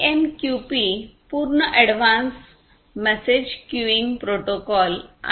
MQP पूर्ण advance message queuing protocol आहे